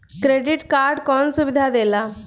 Credit card कौन सुबिधा देला?